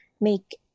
make